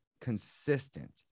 consistent